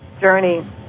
journey